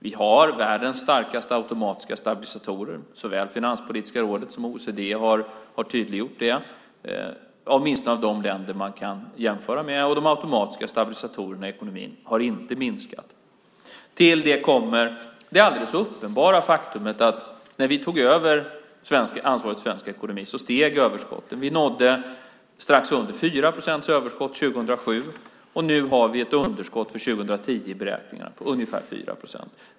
Vi har världens starkaste automatiska stabilisatorer, såväl Finanspolitiska rådet som OECD har tydliggjort det, åtminstone av de länder man kan jämföra med. Och de automatiska stabilisatorerna i ekonomin har inte minskat. Till det kommer det alldeles uppenbara faktumet att när vi tog över ansvaret för svensk ekonomi steg överskotten. Vi nådde strax under 4 procents överskott 2007 och nu har vi ett underskott i beräkningarna för 2010 på ungefär 4 procent.